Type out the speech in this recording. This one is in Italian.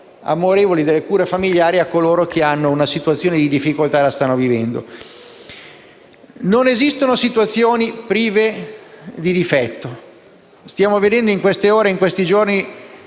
amorevoli delle cure familiari a coloro che hanno una situazione di difficoltà e la stanno vivendo. Non esistono situazioni prive di difetti. In queste ore, in questi giorni,